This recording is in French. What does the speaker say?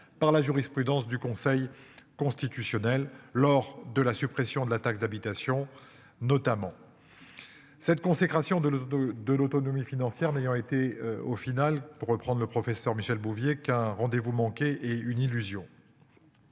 par la jurisprudence du Conseil constitutionnel lors de la suppression de la taxe d'habitation notamment. Cette consécration de de de l'autonomie financière n'ayant été au final pour reprendre le professeur Michel Bouvier qu'un rendez-vous manqué est une illusion.